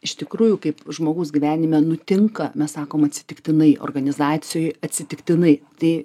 iš tikrųjų kaip žmogus gyvenime nutinka mes sakom atsitiktinai organizacijoj atsitiktinai tai